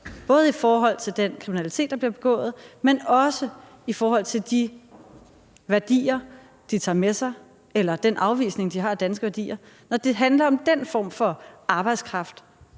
både i forhold til den kriminalitet, der bliver begået, men også i forhold til de værdier, de tager med sig, eller den afvisning, de har af danske værdier, så er man pjattet med den. Når det handler om den form for arbejdskraft,